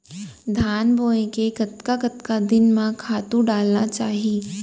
धान बोए के कतका कतका दिन म खातू डालना चाही?